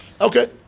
Okay